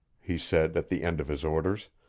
he said at the end of his orders,